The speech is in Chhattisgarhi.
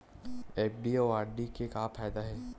एफ.डी अउ आर.डी के का फायदा हे?